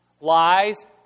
Lies